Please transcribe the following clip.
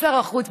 שר החוץ,